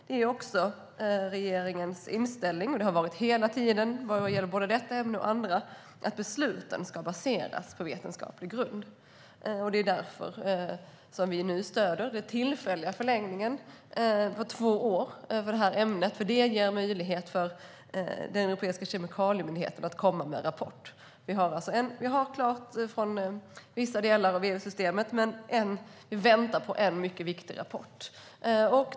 Vad gäller både detta och andra ämnen är det, och har hela tiden varit, regeringens inställning att besluten ska ha vetenskaplig grund. Det är därför vi nu stöder den tillfälliga förlängningen med två år för detta ämne. Det ger möjlighet för Europeiska kemikaliemyndigheten att komma med en rapport. Vi har alltså klartecken från vissa delar av EU-systemet, men vi väntar på en mycket viktig rapport.